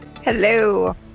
hello